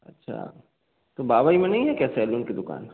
अच्छा तो बाबई में नहीं है क्या सैलून की दुकान